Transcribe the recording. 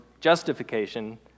justification